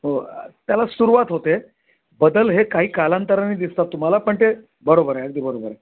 हो त्याला सुरवात होते बदल हे काही कालांतराने दिसतात तुम्हाला पण ते बरोबर आहे अगदी बरोबर आहे